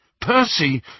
Percy